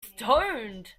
stoned